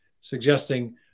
suggesting